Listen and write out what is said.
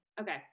Okay